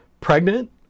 pregnant